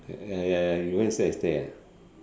ah ya ya you went inside to stay ah